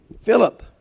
Philip